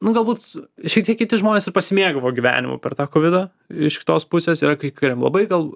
nu galbūt šiek tiek kiti žmonės ir pasimėgavo gyvenimu per tą kovidą iš kitos pusės yra kai kuriem labai gal